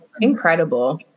incredible